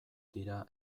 dira